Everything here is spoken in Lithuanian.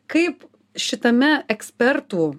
kaip šitame ekspertų